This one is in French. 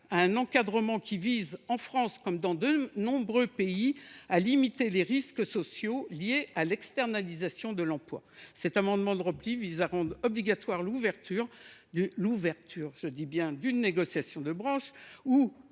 un encadrement qui vise, en France comme dans de nombreux pays, à limiter les risques sociaux liés à l’externalisation de l’emploi ». Cet amendement de repli vise donc à rendre obligatoire l’ouverture d’une négociation de branche